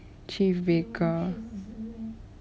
chief baker